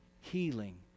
healing